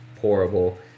horrible